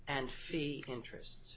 and fee interest